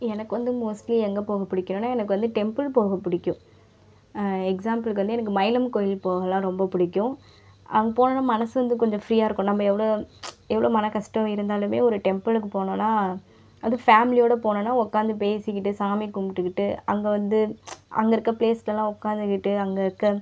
எனக்கு வந்து மோஸ்ட்லி எங்கே போக பிடிக்கும்னா எனக்கு வந்து டெம்பிள் போக பிடிக்கும் எக்ஸாம்பிளுக்கு வந்து எனக்கு மயிலம் கோயில் போகலாம் ரொம்ப பிடிக்கும் அங் போனோன்னால் மனது வந்து கொஞ்சம் ஃப்ரீயாக இருக்கும் நம்ப எவ்வளோ எவ்வளோ மனக்கஷ்டம் இருந்தாலுமே ஒரு டெம்பிளுக்கு போனோன்னால் அதுவும் ஃபேமிலியோட போனோன்னால் உட்காந்து பேசிக்கிட்டு சாமி கும்பிட்டுக்கிட்டு அங்கே வந்து அங்கே இருக்கிற ப்லேஸ்லலாம் உட்காந்துக்கிட்டு அங்கே இருக்க